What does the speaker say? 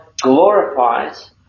glorifies